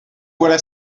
voilà